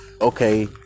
Okay